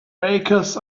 bakers